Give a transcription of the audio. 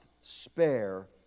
spare